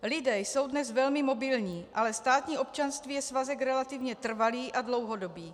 Lidé jsou dnes velmi mobilní, ale státní občanství je svazek relativně trvalý a dlouhodobý.